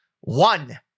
one